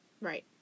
right